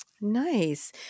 Nice